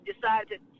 decided